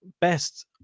best